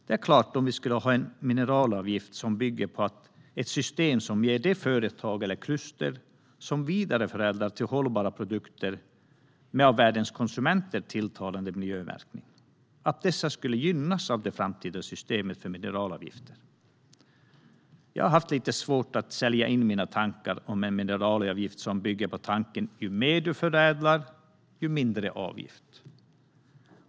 Det är klart att en mineralavgift som bygger på ett system som ger de företag eller kluster som vidareförädlar materialet till hållbara produkter, med en för världens konsumenter tilltalande miljömärkning, skulle gynna det framtida systemet. Jag har haft lite svårt att sälja in mina tankar om en mineralavgift som bygger på idén att ju mer du förädlar, desto mindre avgift.